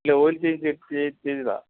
അല്ല oil change exchange ചെയ്തതാ